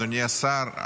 אדוני השר,